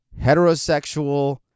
heterosexual